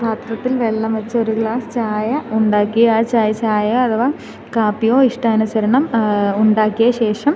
പാത്രത്തിൽ വെള്ളം വച്ചു ഒരു ഗ്ലാസ് ചായ ഉണ്ടാക്കി ആ ചായ ചായ അഥവാ കാപ്പിയോ ഇഷ്ടാനുസരണം ഉണ്ടാക്കിയതിന് ശേഷം